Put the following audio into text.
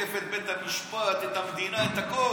תוקף את בית המשפט, את המדינה, את הכול.